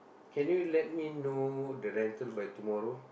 can you let me know the rental by tomorrow